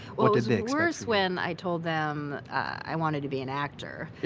well, it was worse when i told them i wanted to be an actor.